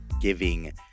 giving